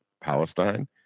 Palestine